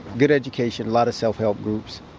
good education, a lot of self-help groups.